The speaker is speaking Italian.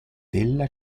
della